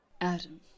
Adam